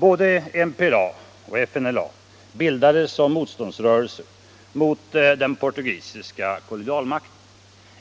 Både MPLA och FNLA bildades som motståndsrörelser mot den portugisiska kolonialmakten.